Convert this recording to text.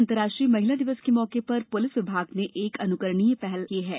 अंतर्राष्ट्रीय महिला दिवस के मौके पर पुलिस विभाग ने एक और अनुकरणीय पहल शुरू की है